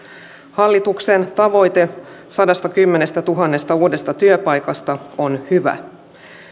hallituksen tavoite sadastakymmenestätuhannesta uudesta työpaikasta on hyvä